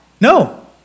No